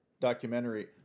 documentary